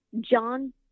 John